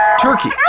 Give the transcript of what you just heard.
turkey